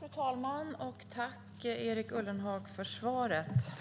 Fru talman! Tack, Erik Ullenhag, för svaret!